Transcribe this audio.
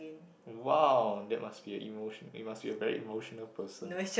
!wow! that must be a emotional you must be a very emotional person